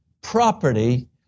property